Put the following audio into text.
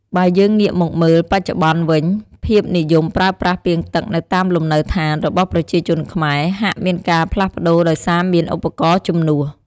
បើយើងងាកមកមើល បច្ចុប្បន្នវិញភាពនិយមប្រើប្រាស់ពាងទឹកនៅតាមលំនៅដ្ឋានរបស់ប្រជាជនខ្មែរ ហាក់មានការផ្លាស់ប្ដូរដោយសារមានឧបករណ៍ជំនួស។